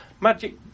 Magic